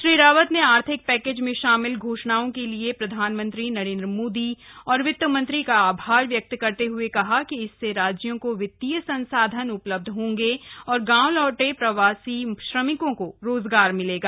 श्री रावत ने आर्थिक पैकेज में शामिल घोषणाओं के लिए प्रधानमंत्री नरेन्द्र मोदी और वित्तमंत्री का आभार व्यक्त करते हुए कहा कि इससे राज्यों को वित्तीय संसाधन उपलब्ध होंगे और गांव लौटे प्रवासी श्रमिकों को रोजगार मिलेगा